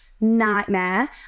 nightmare